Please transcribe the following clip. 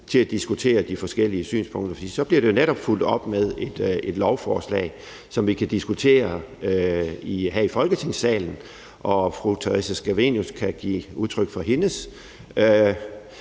til at diskutere de forskellige synspunkter, for så bliver det netop fulgt op med et lovforslag, som vi kan diskutere her i Folketingssalen, hvor fru Theresa Scavenius kan give udtryk for sine